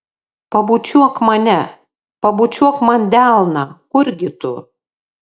pabučiuok mane pabučiuok man delną kurgi tu